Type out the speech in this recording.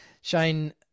Shane